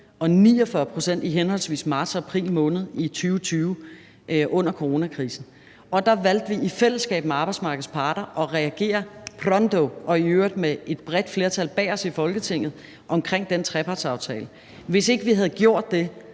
og 49 pct. i henholdsvis marts og april måned i 2020 under coronakrisen. Der valgte vi i fællesskab med arbejdsmarkedets parter at reagere pronto og i øvrigt med et bredt flertal bag os i Folketinget omkring den trepartsaftale. Hvis ikke vi havde gjort det,